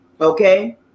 okay